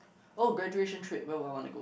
oh graduation trip where will I want to go